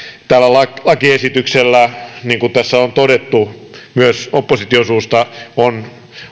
tällä lakiesityksellä niin kuin tässä on todettu myös opposition suusta on